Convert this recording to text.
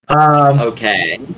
Okay